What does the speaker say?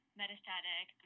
metastatic